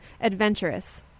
adventurous